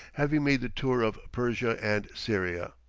having made the tour of persia and syria.